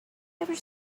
ever